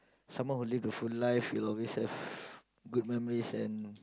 someone who live a full life you always have good memories and